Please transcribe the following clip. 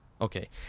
Okay